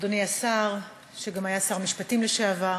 אדוני השר, שגם היה שר המשפטים, לשעבר,